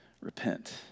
Repent